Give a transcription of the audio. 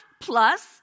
plus